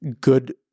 good